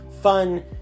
fun